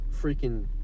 freaking